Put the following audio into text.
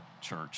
church